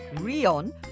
Rion